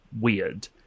weird